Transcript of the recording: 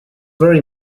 very